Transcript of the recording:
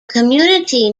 community